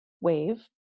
wave